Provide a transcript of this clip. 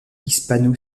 hispano